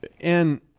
And-